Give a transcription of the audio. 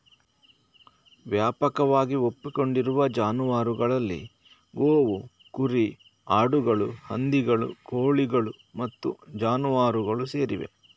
ವ್ಯಾಪಕವಾಗಿ ಒಪ್ಪಿಕೊಂಡಿರುವ ಜಾನುವಾರುಗಳಲ್ಲಿ ಗೋವು, ಕುರಿ, ಆಡುಗಳು, ಹಂದಿಗಳು, ಕೋಳಿಗಳು ಮತ್ತು ಜಾನುವಾರುಗಳು ಸೇರಿವೆ